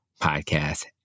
podcast